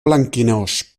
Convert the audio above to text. blanquinós